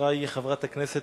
חברי חברי הכנסת,